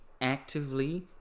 actively